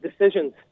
decisions